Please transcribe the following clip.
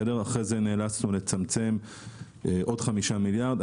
אחרי זה, נאלצנו לצמצם עוד חמישה מיליארד.